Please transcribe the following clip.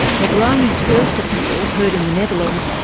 megrahi's first appeal, heard in the netherlands,